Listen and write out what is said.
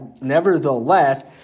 Nevertheless